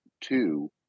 two